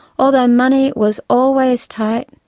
although money was always tight,